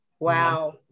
Wow